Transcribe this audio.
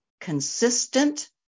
consistent